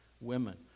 women